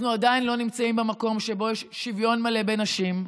אנחנו עדיין לא נמצאים במקום שבו יש שוויון מלא לנשים.